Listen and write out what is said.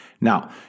Now